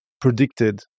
predicted